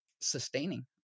sustaining